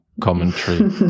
commentary